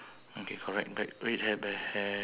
next one let me see